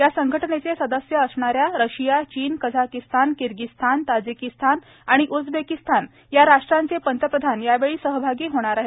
या संघटनेचे सदस्य असणाऱ्या रशिया चीन कझाकीस्तान किर्गीझस्तान ताजीकीस्तान आणि उझबेकिस्तान या राष्ट्रांचे पंतप्रधान यावेळी सहभागी होणार आहेत